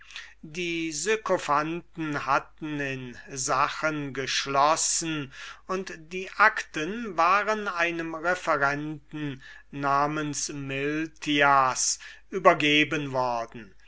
die sykophanten hatten in sachen beschlossen und die acten waren einem referenten namens miltias übergeben worden